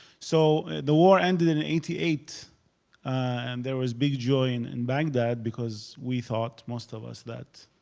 so the war ended in eighty eight and there was big joy in and baghdad because we thought, most of us, that